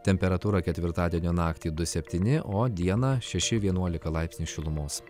temperatūra ketvirtadienio naktį du septyni o dieną šeši vienuolika laipsniai šilumos